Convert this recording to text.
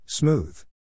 Smooth